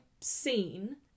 seen